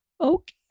Okay